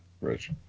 Rich